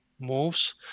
moves